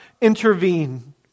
intervene